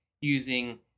using